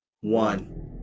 one